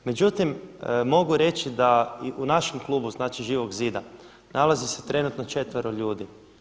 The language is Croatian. Međutim, mogu reći da i u našem klubu, znači Živog zida nalazi se trenutno četvero ljudi.